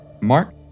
Mark